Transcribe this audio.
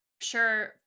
Sure